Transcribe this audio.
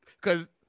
cause